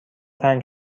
تنگ